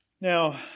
Now